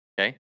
okay